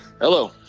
Hello